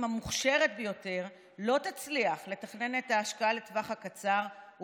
המוכשרת ביותר לא תצליח לתכנן את ההשקעה לטווח הקצר,